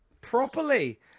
properly